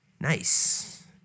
Nice